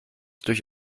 durch